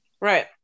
Right